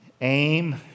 aim